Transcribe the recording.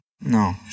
no